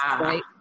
right